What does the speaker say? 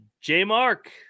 J-Mark